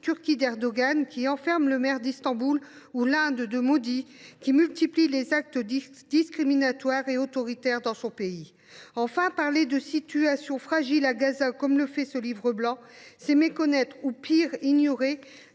Turquie d’Erdogan, qui enferme le maire d’Istanbul, ou avec l’Inde de Modi, qui multiplie les actes discriminatoires et autoritaires dans son pays. Enfin, parler de « situation fragile » à Gaza, comme le font les auteurs de ce livre blanc, c’est méconnaître ou, pis, ignorer